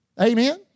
Amen